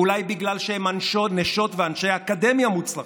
ואולי בגלל שהם נשות ואנשי אקדמיה מוצלחים.